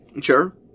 Sure